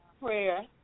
prayer